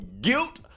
guilt